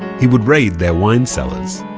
he would raid their wine cellars